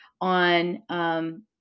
on